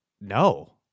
no